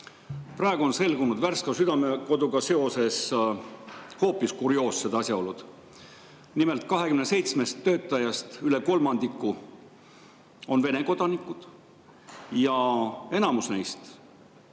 Praegu on selgunud Värska Südamekoduga seoses hoopis kurioossed asjaolud. Nimelt, 27 töötajast üle kolmandiku on Vene kodanikud ja enamus neist,